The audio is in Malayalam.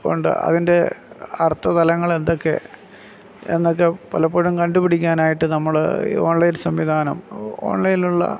ഉണ്ട് അതിന്റെ അര്ത്ഥതലങ്ങൾ എന്തൊക്കെ എന്നൊക്കെ പലപ്പോഴും കണ്ടുപിടിക്കാനായിട്ട് നമ്മൾ ഈ ഓണ്ലൈന് സംവിധാനം ഓണ്ലൈൻൽ ഉള്ള